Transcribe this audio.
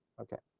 okay.